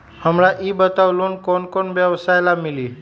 हमरा ई बताऊ लोन कौन कौन व्यवसाय ला मिली?